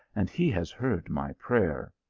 and he has heard my prayer.